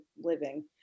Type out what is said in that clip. living